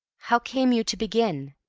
how came you to begin?